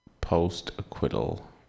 post-acquittal